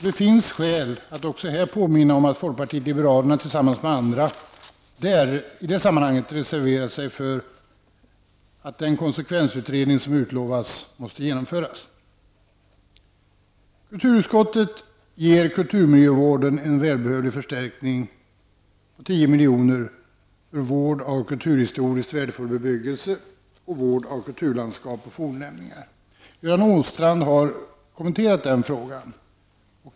Det finns skäl att också här påminna om att folkpartiet liberalerna i det sammanhanget tillsammans med andra reserverat sig för att den konsekvensutredning som utlovats måste genomföras. Kulturutskottet ger kulturmiljövården en välbehövlig förstärkning på 10 miljoner för vård av kulturhistoriskt värdefull bebyggelse och vård av kulturlandskap och fornlämningar. Göran Åstrand har kommenterat den frågan.